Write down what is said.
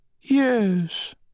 Yes